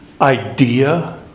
idea